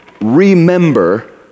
remember